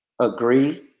Agree